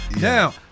Now